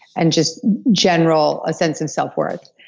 and just general a sense in self worth.